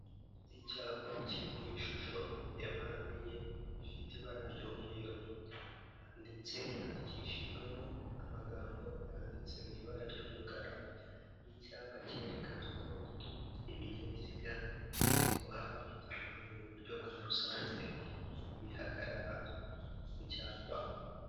Icyapa kiri mu ishusho ya mpade enye ifite ibara ry'umweru, ndetse yandikishijwemo amagambo yanditse mu ibara ry'umukara, n'icyapa cyerekana ko ibinyabiziga bitwara abantu mu buryo bwa rusange, bihagarara ku cyapa.